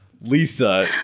lisa